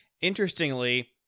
Interestingly